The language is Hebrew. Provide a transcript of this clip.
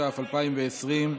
התש"ף 2020,